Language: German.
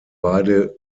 beide